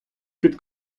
під